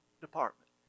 department